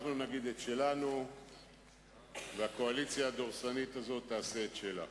אנחנו נגיד את שלנו והקואליציה הדורסנית הזאת תעשה את שלה.